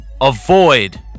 avoid